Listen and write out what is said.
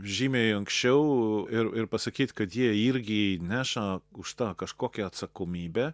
žymiai anksčiau ir ir pasakyt kad jie irgi neša už tą kažkokią atsakomybę